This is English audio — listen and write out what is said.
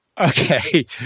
Okay